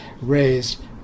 raised